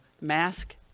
mask